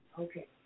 Okay